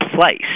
place